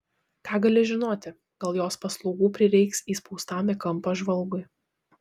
ką gali žinoti gal jos paslaugų prireiks įspaustam į kampą žvalgui